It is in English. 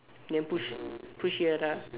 then push push here lah